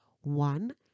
one